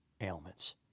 ailments